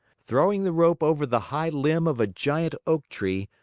throwing the rope over the high limb of a giant oak tree,